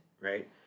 right